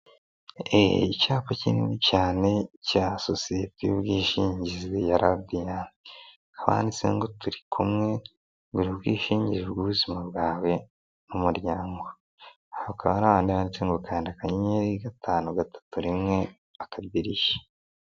Icyapa kinini cyane cya sosiyete y'ubwishingizi ya radiyate, handitse ngo turi kumwe kugira ubwishingizi bw'ubuzima bwawe mu muryango, hakaba hari ahantu handitse ngo kanda akanyenyeri gatanu gatatu rimwe akadirishya.